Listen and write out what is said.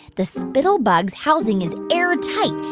the spittlebug's housing is airtight,